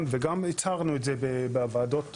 ו גם הצהרנו את זה בוועדות השונות,